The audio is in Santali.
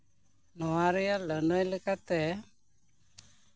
ᱱᱚᱣᱟ ᱨᱮᱭᱟᱜ ᱞᱟᱹᱱᱟᱹᱭ ᱞᱮᱠᱟᱛᱮ